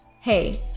Hey